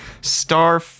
Star